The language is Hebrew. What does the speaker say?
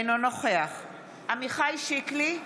אינו נוכח עמיחי שיקלי,